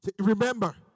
Remember